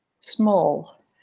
small